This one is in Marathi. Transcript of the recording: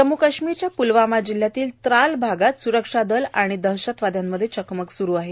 जम्म् काश्मीरमधील प्लवामा जिल्ह्यातील त्राल आगात सुरक्षा दलं आणि दहशतवाद्यांमध्ये चकमक सूरू आहे